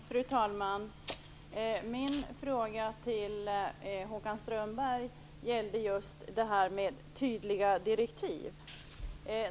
Fru talman! Min fråga till Håkan Strömberg gällde det här med tydliga direktiv.